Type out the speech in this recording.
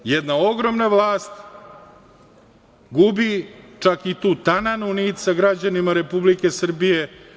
Sa ovim, jedna ogromna vlast gubi čak i tu tananu nit sa građanima Republike Srbije.